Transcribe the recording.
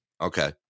Okay